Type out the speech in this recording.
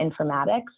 informatics